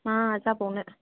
मा जाबावनो